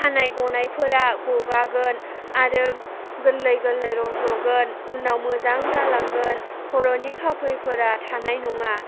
खानाय गनायफोरा गगागोन आरो गोरलै गोरलै रजगोन उनाव मोजां जालांगोन खर'नि खावफिफोरा थानाय नङा